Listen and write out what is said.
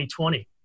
2020